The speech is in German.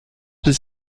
des